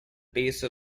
base